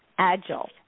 Agile